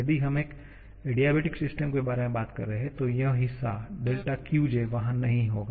यदि हम एक एडियाबेटिक सिस्टम के बारे में बात कर रहे हैं तो यह हिस्सा 𝛿𝑄𝑗 वहा नहीं होगा